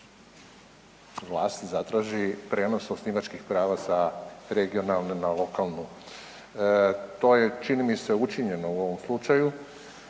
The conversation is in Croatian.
vlast zatraži prijenos osnivačkih prava za regionalne na lokalnu. To je čini mi se učinjeno u ovom slučaju,